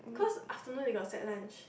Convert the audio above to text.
cause afternoon they got set lunch